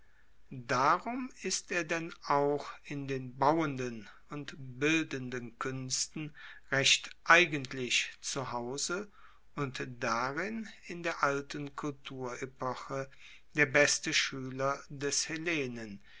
darum ist er denn auch in den bauenden und bildenden kuensten recht eigentlich zu hause und darin in der alten kulturepoche der beste schueler des hellenen